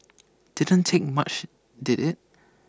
didn't take much did IT